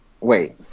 wait